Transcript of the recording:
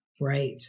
Right